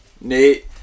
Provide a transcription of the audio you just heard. Nate